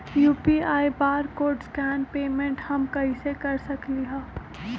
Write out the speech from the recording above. UPI barcode scan payment हम कईसे कर सकली ह?